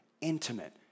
intimate